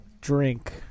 drink